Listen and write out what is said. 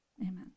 amen